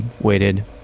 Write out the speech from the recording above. waited